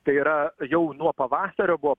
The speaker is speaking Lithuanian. tai yra jau nuo pavasario buvo